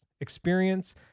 experience